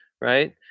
right